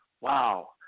wow